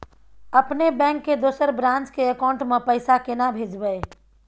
अपने बैंक के दोसर ब्रांच के अकाउंट म पैसा केना भेजबै?